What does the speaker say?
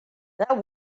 that